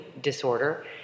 disorder